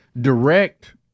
direct